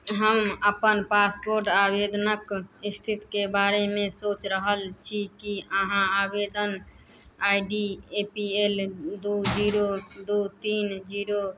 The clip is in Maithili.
हम अपन पासपोर्ट आवेदनक स्थितके बारेमे सोचि रहल छी कि अहाँ आवेदन I D A P L दू जीरो दू तीन जीरो